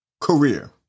career